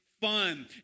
fun